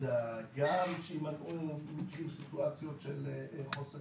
החדשה כי הם לא מחוסנים לצורך הענין